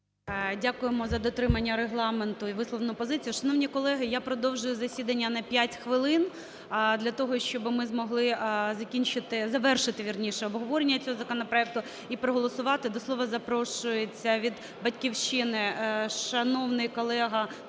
Дякуємо за дотримання регламенту і висловлену позицію. Шановні колеги, я продовжую засідання на 5 хвилин для того, щоби ми змогли закінчити, завершити, вірніше, обговорення цього законопроекту і проголосувати. До слова запрошується від "Батьківщини" шановний колега